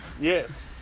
Yes